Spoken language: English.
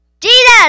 Jesus